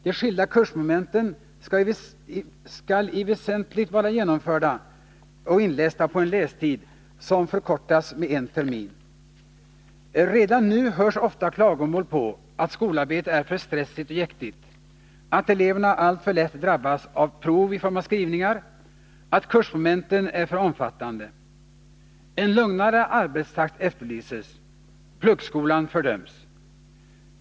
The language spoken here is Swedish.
De skilda kursmomenten skall i allt väsentligt vara genomförda och inlästa på en lästid som förkortats med en termin. Redan nu hörs ofta klagomål på att skolarbetet är för stressigt och jäktigt, att eleverna alltför lätt drabbas av prov i form av skrivningar, att kursmomenten är för omfattande. En lugnare arbetstakt efterlyses; pluggskolan fördöms.